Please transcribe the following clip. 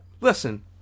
listen